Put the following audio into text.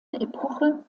epoche